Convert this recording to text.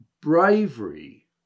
bravery